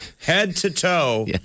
head-to-toe